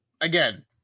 again